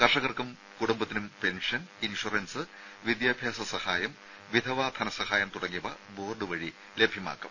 കർഷകർക്കും കുടുംബത്തിനും pension insurance വിദ്യാഭ്യാസ സഹായം വിധവ ധനസഹായം തുടങ്ങിയവ ബോർഡ് വഴി ലഭ്യമാക്കും